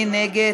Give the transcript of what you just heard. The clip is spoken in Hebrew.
מי נגד?